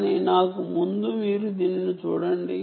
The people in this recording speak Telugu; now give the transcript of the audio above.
కాని ముందు మీరు దీనిని చూడండి